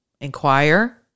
inquire